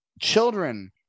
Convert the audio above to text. Children